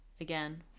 again